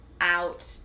out